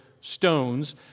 stones